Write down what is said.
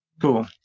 Cool